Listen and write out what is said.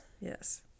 Yes